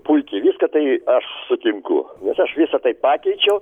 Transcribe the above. puikiai viską tai aš sutinku nes aš visa tai pakeičiau